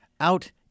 out